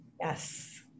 Yes